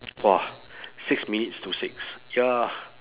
!wah! six minutes to six ya